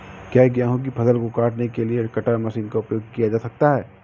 क्या गेहूँ की फसल को काटने के लिए कटर मशीन का उपयोग किया जा सकता है?